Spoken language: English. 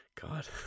god